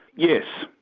yes,